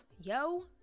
yo